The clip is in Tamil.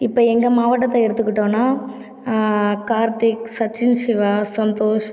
இப்போ எங்கள் மாவட்டத்தை எடுத்துகிட்டோம்ன்னா கார்த்திக் சச்சின் சிவா சந்தோஷ்